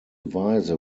weise